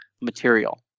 material